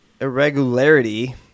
irregularity